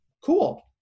Cool